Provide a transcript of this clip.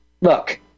look